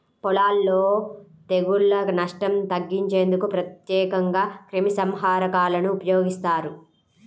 పొలాలలో తెగుళ్ల నష్టం తగ్గించేందుకు ప్రత్యేకంగా క్రిమిసంహారకాలను ఉపయోగిస్తారు